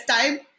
time